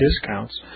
discounts